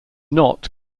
knot